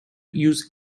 use